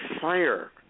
fire